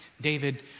David